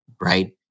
right